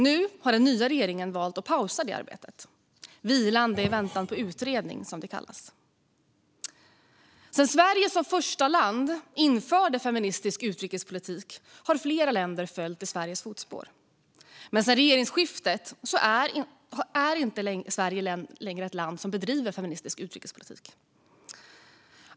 Nu har den nya regeringen valt att pausa det arbetet. Det är vilande i väntan på utredning, som det kallas. Sedan Sverige som första land införde feministisk utrikespolitik har flera länder följt i Sveriges fotspår. Men sedan regeringsskiftet är inte Sverige längre ett land som bedriver feministisk utrikespolitik.